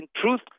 truth